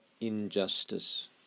injustice